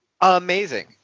amazing